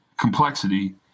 complexity